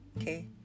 Okay